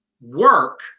work